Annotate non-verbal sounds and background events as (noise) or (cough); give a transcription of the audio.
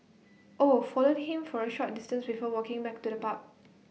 (noise) oh followed him for A short distance before walking back to the pub